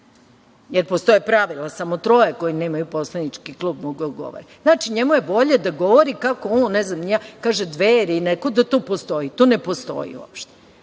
Jer, postoje pravila, samo troje koji nemaju poslanički klub mogu da govore. Znači, njemu je bolje da govori kako on, ne znam ni ja, kaže Dveri da postoje. To ne postoji uopšte.